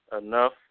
enough